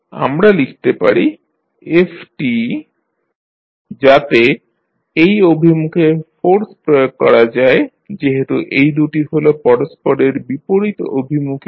আমরা লিখতে পারি f t যাতে এই অভিমুখে ফোর্স প্রয়োগ করা যায় যেহেতু এই দু'টি হল পরস্পরের বিপরীত অভিমুখের